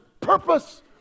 purpose